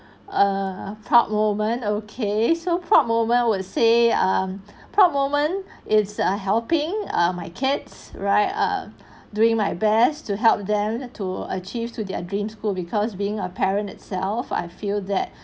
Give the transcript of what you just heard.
uh proud moment okay so proud moment I would say um proud moment is uh helping ah my kids right err doing my best to help them to achieve to their dream school because being a parent itself I feel that